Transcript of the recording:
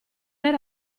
era